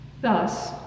Thus